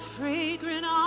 fragrant